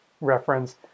reference